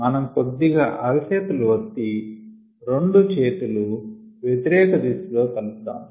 మనం కొద్దిగా అరచేతులు ఒత్తి రెండు చేతులు వ్యతిరేక దిశలో కదిలిద్దాం